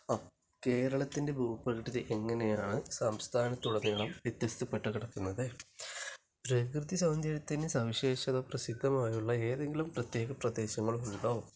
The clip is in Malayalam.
ആ കേരളത്തിൻ്റെ ഭൂപ്രകൃതി എങ്ങനെയാണ് സംസ്ഥാനത്തുടനീളം വ്യത്യസ്തപ്പെട്ട് കിടക്കുന്നത് പ്രകൃതി സൗന്ദര്യത്തിന് സവിശേഷത പ്രസിദ്ധമായുള്ള ഏതെങ്കിലും പ്രത്യേക പ്രദേശങ്ങളുണ്ടോ